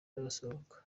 n’abasohoka